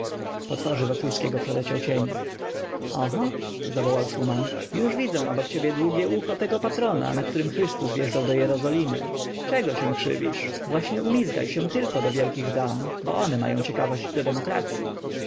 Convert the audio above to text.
po twarzy wokulskiego przeleciał cień oho zawołał szuman już widzę obok ciebie długie ucho tego patrona na którym chrystus wjeżdżał do jerozolimy czego się krzywisz właśnie umizgaj się tylko do wielkich dam bo one mają ciekawość do demokracyi